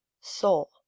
soul